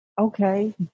okay